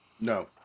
No